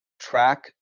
track